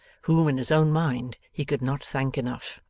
whom, in his own mind, he could not thank enough.